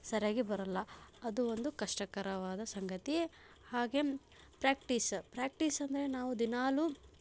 ಸರಿಯಾಗಿ ಬರಲ್ಲ ಅದು ಒಂದು ಕಷ್ಟಕರವಾದ ಸಂಗತಿ ಹಾಗೆ ಪ್ರ್ಯಾಕ್ಟೀಸ ಪ್ರ್ಯಾಕ್ಟೀಸ್ ಅಂದರೆ ನಾವು ದಿನಾಲೂ